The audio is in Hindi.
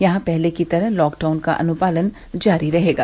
यहां पहले की तरह लॉकडाउन का अनुपालन जारी रहेगा